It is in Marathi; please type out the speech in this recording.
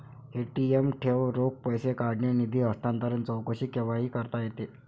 ए.टी.एम ठेव, रोख पैसे काढणे, निधी हस्तांतरण, चौकशी केव्हाही करता येते